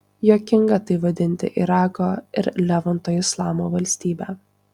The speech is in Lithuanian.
juokinga tai vadinti irako ir levanto islamo valstybe